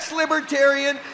libertarian